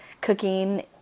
cooking